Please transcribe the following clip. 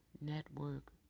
Network